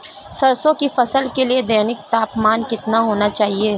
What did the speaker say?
सरसों की फसल के लिए दैनिक तापमान कितना होना चाहिए?